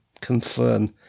concern